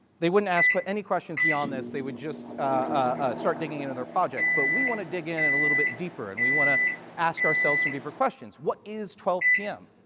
they wouldn't ask any questions beyond this. they would just ah start digging into the project. but we want to dig in and a little bit deeper and we want to ask ourselves some deeper questions. what is twelve p m?